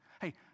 Hey